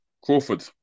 Crawford